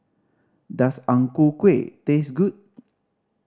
does Ang Ku Kueh taste good